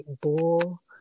bull